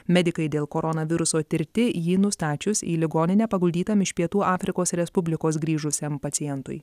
medikai dėl koronaviruso tirti jį nustačius į ligoninę paguldytam iš pietų afrikos respublikos grįžusiam pacientui